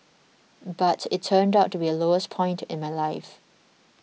but it turned out to be the lowest point in my life